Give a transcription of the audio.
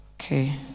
Okay